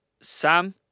Sam